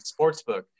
Sportsbook